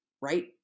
right